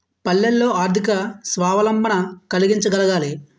పల్లెల్లో ఆర్థిక స్వావలంబన కలిగించగలగాలి